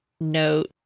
note